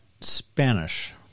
Spanish